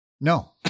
No